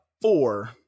four